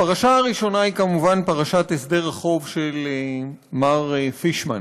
הפרשה הראשונה היא כמובן פרשת הסדר החוב של מר פישמן.